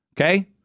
okay